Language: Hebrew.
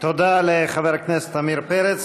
תודה לחבר הכנסת עמיר פרץ.